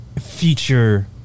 future